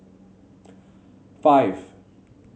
five